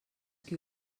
qui